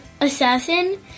Assassin